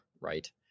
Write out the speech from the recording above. right